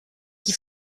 qui